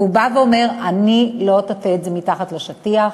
כי הוא בא ואומר: אני לא אטאטא את זה מתחת לשטיח.